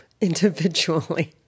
individually